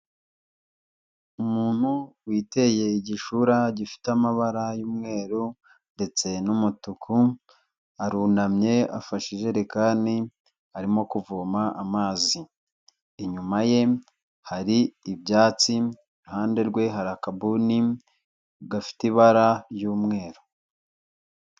Umuntu witeye igishura gifite amabara y'umweru ndetse n'umutuku, arunamye afashe ijerekani, arimo kuvoma amazi, inyuma ye hari ibyatsi, iruhande rwe hari akabuni, gafite ibara ry'umweru.